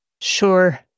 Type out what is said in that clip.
Sure